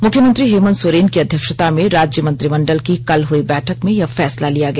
मुख्यमंत्री हेमंत सोरेन की अध्यक्षता में राज्य मंत्रिमंडल की कल हई बैठक में यह फैसला लिया गया